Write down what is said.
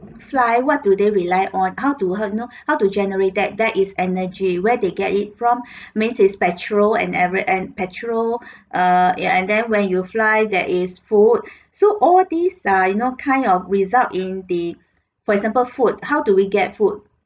fly what do they rely on how to uh you know how to generate that that is energy where they get it from means it's petrol and every and petrol uh and then when you fly there is food so all these are you know kind of result in the for example food how do we get food